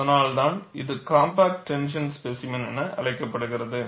அதனால்தான் இது compact tension specimen என அழைக்கப்படுகிறது